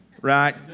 right